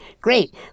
great